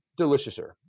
deliciouser